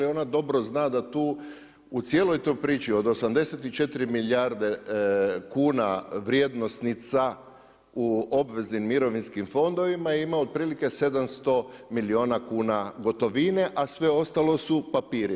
Ona dobro zna da tu u cijeloj toj priči od 84 milijarde kuna vrijednosnica u obveznim mirovinskim fondovima ima otprilike 700 milijuna kuna gotovine, a sve ostalo su papiri.